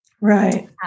Right